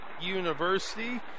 university